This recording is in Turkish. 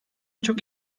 çok